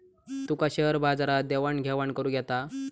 तुका share बाजारात देवाण घेवाण करुक येता?